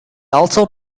also